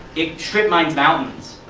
it strip-mines mountains.